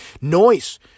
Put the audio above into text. noise